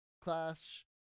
Clash